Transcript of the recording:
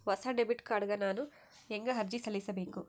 ಹೊಸ debit card ಗ ನಾನು ಹೆಂಗ ಅರ್ಜಿ ಸಲ್ಲಿಸಬೇಕು?